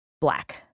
black